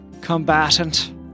combatant